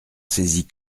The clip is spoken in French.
saisit